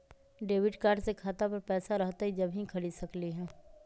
Debit card से खाता पर पैसा रहतई जब ही खरीद सकली ह?